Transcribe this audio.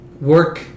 work